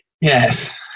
Yes